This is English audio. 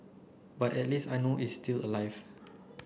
but at least I know is still alive